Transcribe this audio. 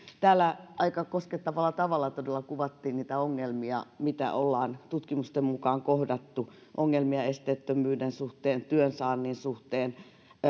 täällä aika koskettavalla tavalla todella kuvattiin niitä ongelmia mitä tutkimusten mukaan ollaan kohdattu ongelmia esteettömyyden suhteen työnsaannin suhteen